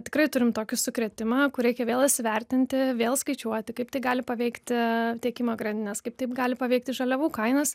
tikrai turim tokį sukrėtimą kur reikia vėl įsivertinti vėl skaičiuoti kaip tai gali paveikti tiekimo grandines kaip taip gali paveikti žaliavų kainas